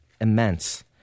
immense